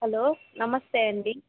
hello నమస్తే అండి